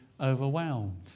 overwhelmed